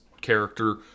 character